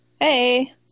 Hey